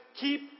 Keep